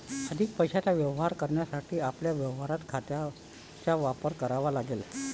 अधिक पैशाचे व्यवहार करण्यासाठी आपल्याला व्यवहार खात्यांचा वापर करावा लागेल